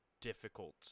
difficult